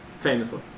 Famously